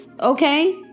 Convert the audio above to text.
okay